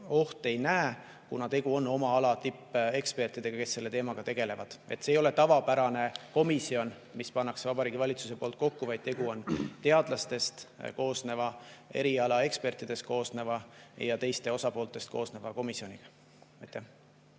ohte ei näe, kuna tegu on oma ala tippekspertidega, kes selle teemaga tegelevad. See ei ole tavapärane komisjon, mis pannakse Vabariigi Valitsuse poolt kokku, vaid tegu on teadlastest, erialaekspertidest ja teiste osapoolte [esindajatest] koosneva komisjoniga.